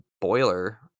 boiler